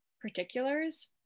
particulars